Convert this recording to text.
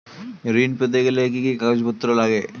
ঋণ পেতে গেলে কি কি কাগজপত্র লাগে?